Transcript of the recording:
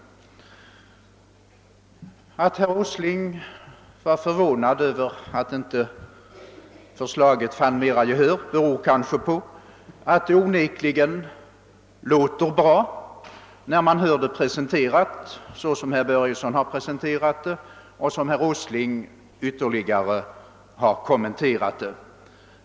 Att herr Åsling var förvånad över att inte förslaget vunnit mera gehör beror kanske på att det onekligen låter bra, när man hör det presenteras, såsom herr Börjesson i Glömminge har presenterat det och som herr Åsling ytterligare har kommenterat det.